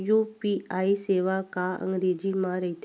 UPI सेवा का अंग्रेजी मा रहीथे?